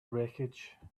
wreckage